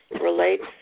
relates